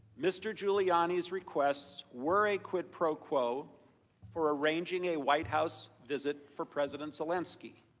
mr. giuliani's requests were a quid pro quo for arranging a white house visit for president zelensky.